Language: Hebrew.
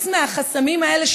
חוץ מהחסמים האלה,